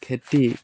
খেতি